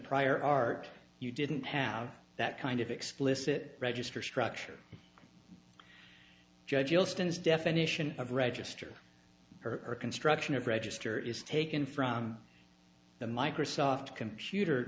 prior art you didn't have that kind of explicit register structure judge wilson's definition of register or construction of register is taken from the microsoft computer